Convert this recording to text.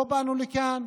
לא באנו לכאן,